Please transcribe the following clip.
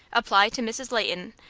apply to mrs. leighton,